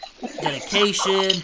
dedication